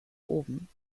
oben